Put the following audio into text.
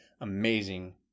amazing